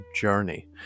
journey